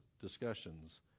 discussions